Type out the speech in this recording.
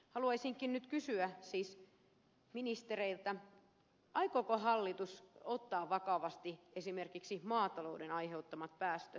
haluaisinkin nyt kysyä ministereiltä aikooko hallitus ottaa vakavasti esimerkiksi maatalouden aiheuttamat päästöt